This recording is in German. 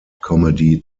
comedy